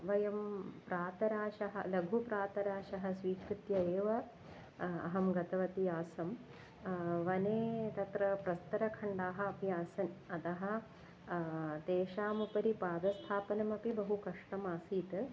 वयं प्रातराशं लघुप्रातराशं स्वीकृत्य एव अहं गतवती आसम् वने तत्र प्रस्तरखण्डाः अपि आसन् अतः तेषाम् उपरि पादस्थापनम् अपि बहु कष्टम् आसीत्